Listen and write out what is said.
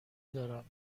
دارم